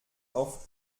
auf